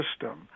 system